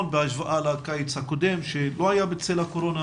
בהשוואה לקיץ הקודם שלא היה בצל הקורונה.